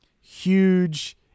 huge